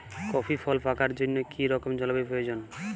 Coffee ফল পাকার জন্য কী রকম জলবায়ু প্রয়োজন?